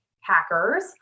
hackers